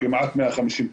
כמעט 150,000